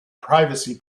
privacy